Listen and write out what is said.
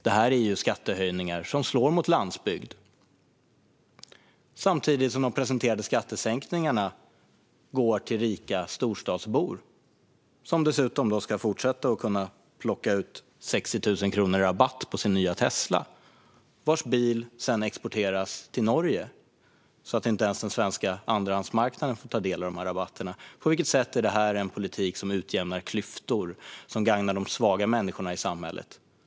Det här är skattehöjningar som slår mot landsbygden samtidigt som de presenterade skattesänkningarna går till rika storstadsbor, som dessutom ska kunna fortsätta plocka ut 60 000 i rabatt på sin nya Tesla - som sedan exporteras till Norge så att inte ens den svenska andrahandsmarknaden får ta del av rabatten. På vilket sätt är detta en politik som utjämnar klyftorna och gagnar de svaga människorna i samhället?